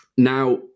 Now